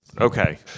Okay